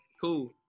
Cool